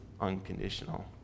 unconditional